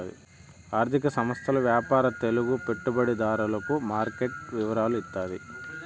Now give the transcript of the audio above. ఆర్థిక సంస్థల వ్యాపార తెలుగు పెట్టుబడిదారులకు మార్కెట్ వివరాలు ఇత్తాది